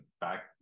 back